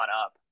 up